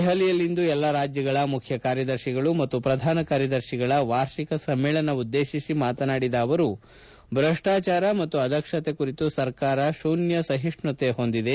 ದೆಹಲಿಯಲ್ಲಿಂದು ಎಲ್ಲ ರಾಜ್ಯಗಳ ಮುಖ್ಯ ಕಾರ್ಯದರ್ತಿಗಳು ಮತ್ತು ಪ್ರಧಾನ ಕಾರ್ಯದರ್ತಿಗಳ ವಾರ್ಷಿಕ ಸಮ್ನೇಳನ ಉದ್ದೇತಿಸಿ ಮಾತನಾಡಿದ ಅವರು ಭ್ರಷ್ಲಾಚಾರ ಮತ್ತು ಅದಕ್ಷತೆ ಕುರಿತು ಸರ್ಕಾರ ಶೂನ್ನ ಸಹಿಷ್ಣುತೆ ಹೊಂದಿದೆ